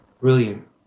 brilliant